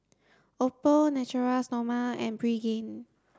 Oppo Natura Stoma and Pregain